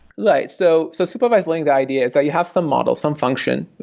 right. so so supervised learning, the idea, is that you have some model, some function.